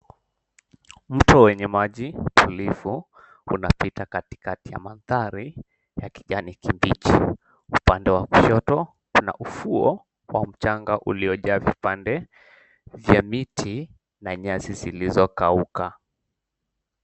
Mto wenye maji tulivu, unapita katikati ya mandhari ya kijani kibichi. Upande wa kushoto tuna ufuo kwa mchanga, uliojaa vipande vya miti na nyasi zilizokauka.